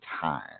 time